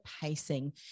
pacing